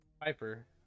Piper